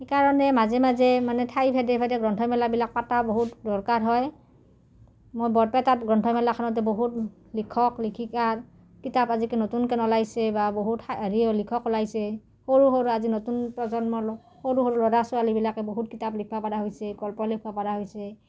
সেইকাৰণে মাজে মাজে মানে ঠাইভেদে ভেদে গ্ৰন্থ মেলাবিলাক পতা বহুত দৰকাৰ হয় মই বৰপেটাত গ্ৰন্থমেলাখনতে বহুত লিখক লিখিকাৰ কিতাপ আজি নতুনকৈ ওলাইছে বা বহুত হেৰি লিখক ওলাইছে সৰু সৰু আজি নতুন প্ৰজন্মৰ সৰু সৰু ল'ৰা ছোৱালীবিলাকে বহুত কিতাপ লিখিব পৰা হৈছে গল্প লিখিব পৰা হৈছে